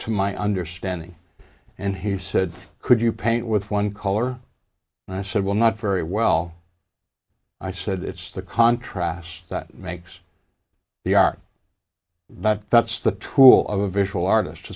to my understanding and he said could you paint with one color and i said well not very well i said it's the contrast that makes the art that's the tool of a visual artist